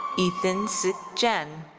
ethan sc jen.